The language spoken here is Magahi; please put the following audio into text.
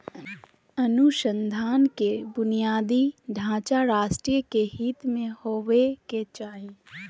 अनुसंधान के बुनियादी ढांचा राष्ट्रीय हित के होबो के चाही